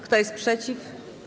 Kto jest przeciw?